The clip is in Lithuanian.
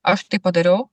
aš tai padariau